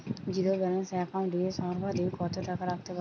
Zero balance account এ সর্বাধিক কত টাকা রাখতে পারি?